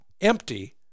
empty